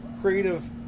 creative